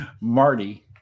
Marty